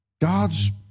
God's